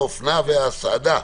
האופנה וההסעדה.